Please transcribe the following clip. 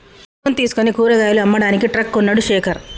loan తీసుకుని కూరగాయలు అమ్మడానికి ట్రక్ కొన్నడు శేఖర్